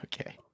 okay